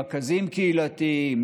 רכזים קהילתיים,